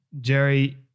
Jerry